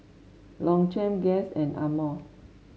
Longchamp Guess and Amore